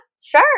Sure